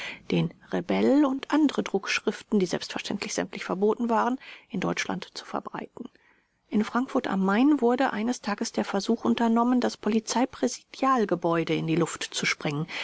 den rebell und andere druckschriften die selbstverständlich sämtlich verboten waren in deutschland zu verbreiten in frankfurt a m wurde eines tages der versuch unternommen das polizeipräsidialgebäude in die luft zu sprengen